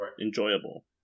enjoyable